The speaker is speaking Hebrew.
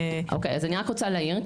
אוקיי, אז אני רק רוצה להעיר.